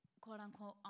quote-unquote